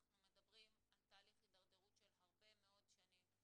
אנחנו מדברים על תהליך הידרדרות של הרבה מאוד שנים.